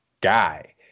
guy